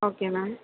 okay ma'am